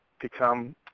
become –